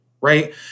right